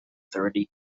thirty